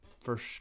First